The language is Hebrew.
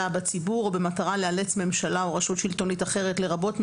בציבור או במטרה לאלץ ממשלה או רשות שלטונית אחרת לרבות ממשלה,